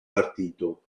partito